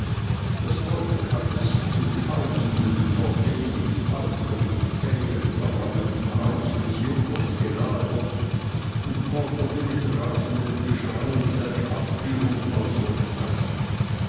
das volk hatte sich zu tausenden vor dem mit balken und pfählen verrammelten hause des junkers gelagert und forderte mit rasendem geschrei seine abführung aus der stadt